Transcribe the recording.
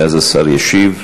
ואז השר ישיב.